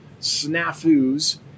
snafus